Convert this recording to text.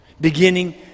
beginning